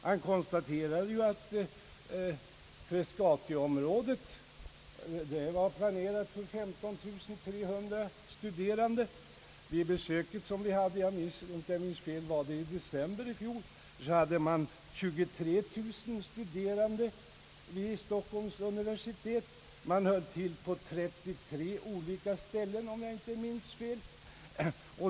Han konstaterade att Frescati-området var planerat för 15 300 studerande. Vid det besök som vi gjorde i december i fjol fanns det 23000 studerande vid Stockholms universitet och, om jag inte minns fel, höll man till på 33 olika ställen.